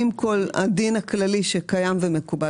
(ב) החלטות המועצה יתקבלו ברוב דעות המצביעים הנוכחים,